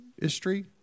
history